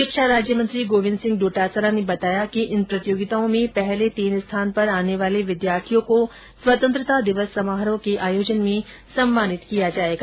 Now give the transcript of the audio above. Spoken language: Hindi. शिक्षा राज्य मंत्री गोविन्द सिंह डोटासरा ने बताया कि इन प्रतियोगिताओं में पहले तीन स्थान पर आने वाले विद्यार्थियों को स्वतंत्रता दिवस समारोह के आयोजन में सम्मानित किया जाएगा